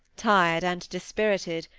tired and dispirited,